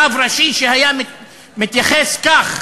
רב ראשי שהיה מתייחס כך